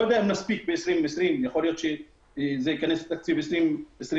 אני לא יודע אם נספיק ב-2020 יכול להיות שזה יכנס לתקציב 2021,